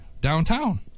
downtown